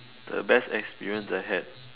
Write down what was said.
the best experience I had